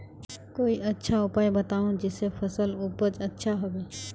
कोई अच्छा उपाय बताऊं जिससे फसल उपज अच्छा होबे